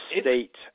state